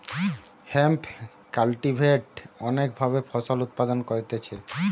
hemp cultivate অনেক ভাবে ফসল উৎপাদন করতিছে